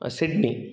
Sydney